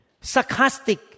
sarcastic